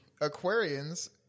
Aquarians